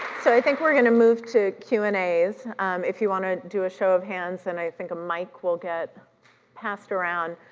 so i think we're gonna move to q and as, if you want to do a show of hands and i think a mic will get passed around.